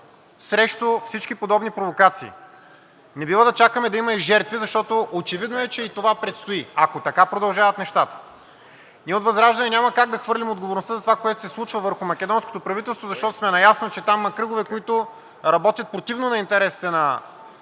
срещу всички подобни провокации. Не бива да чакаме да има и жертви, защото, очевидно е, че и това предстои, ако така продължават нещата. Ние от ВЪЗРАЖДАНЕ няма как да хвърлим отговорността за това, което се случва, върху македонското правителство, защото сме наясно, че там има кръгове, които работят противно на интересите на